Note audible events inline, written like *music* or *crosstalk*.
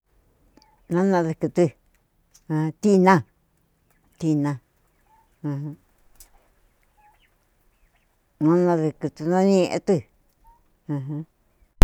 Nanadükutɨ *noise* tina, tina *noise* ntanadükutɨ nta ñiiñatu ajan.